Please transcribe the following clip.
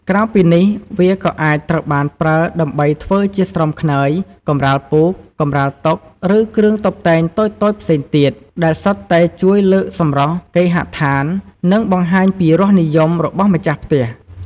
ក្រៅពីនេះ វាក៏អាចត្រូវបានប្រើដើម្បីធ្វើជាស្រោមខ្នើយ កម្រាលពូក កម្រាលតុ ឬគ្រឿងតុបតែងតូចៗផ្សេងទៀត ដែលសុទ្ធតែជួយលើកសម្រស់គេហដ្ឋាន និងបង្ហាញពីរសនិយមរបស់ម្ចាស់ផ្ទះ។